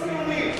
ציונים.